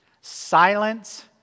silence